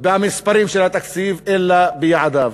במספרים של התקציב, אלא ביעדיו.